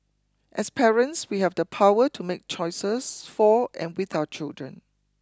as parents we have the power to make choices for and with our children